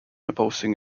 opposing